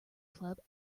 club